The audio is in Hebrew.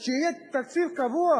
שיהיה תקציב קבוע,